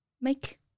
make